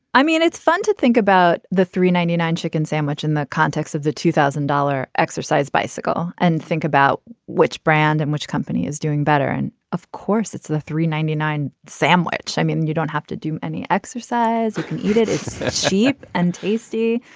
i mean it's fun to think about the three ninety nine chicken sandwich in the context of the two thousand dollar exercise bicycle. and think about which brand and which company is doing better. and of course it's the three ninety nine sandwich. i mean you don't have to do any exercise you can eat it cheap and tasty.